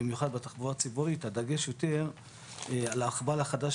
במיוחד בתחבורה הציבורית הדגש יותר על הרכבל החדש